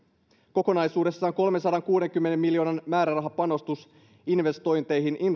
kokonaisuudessaan kolmensadankuudenkymmenen miljoonan määrärahapanostus investointeihin